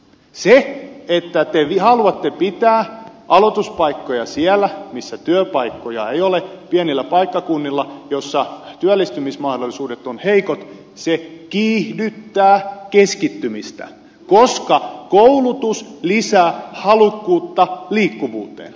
se että te haluatte pitää aloituspaikkoja siellä missä työpaikkoja ei ole pienillä paikkakunnilla joilla työllistymismahdollisuudet ovat heikot kiihdyttää keskittymistä koska koulutus lisää halukkuutta liikkuvuuteen